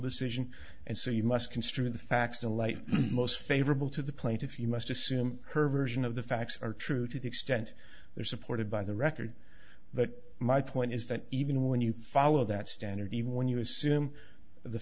decision and so you must construe the facts the light most favorable to the plaintiff you must assume her version of the facts are true to the extent they are supported by the record but my point is that even when you follow that standard even when you assume the